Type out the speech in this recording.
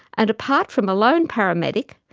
and apart from a lone paramedic,